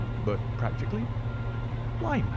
but practically why, man,